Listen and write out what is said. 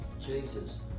Jesus